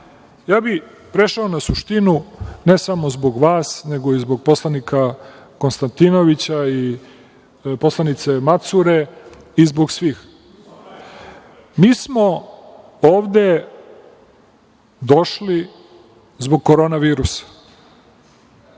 bih na suštinu, ne samo zbog vas, nego i zbog poslanika Konstantinovića i poslanice Macure i zbog svih. Mi smo ovde došli zbog Korona virusa,